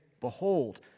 behold